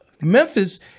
Memphis